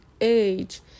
age